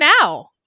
now